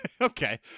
Okay